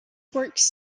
works